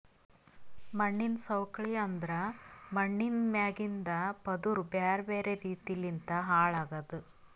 ಮಣ್ಣಿನ ಸವಕಳಿ ಅಂದುರ್ ಮಣ್ಣಿಂದ್ ಮ್ಯಾಗಿಂದ್ ಪದುರ್ ಬ್ಯಾರೆ ಬ್ಯಾರೆ ರೀತಿ ಲಿಂತ್ ಹಾಳ್ ಆಗದ್